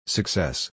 Success